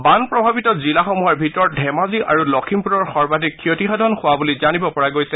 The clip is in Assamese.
বান প্ৰাভাৱিত জিলাসমূহৰ ভিতৰত ধেমাজি আৰু লখিমপুৰৰ সৰ্বাধিক ক্ষতিসাধন হোৱা বুলি জানিব পৰা গৈছে